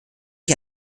ich